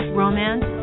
romance